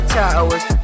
towers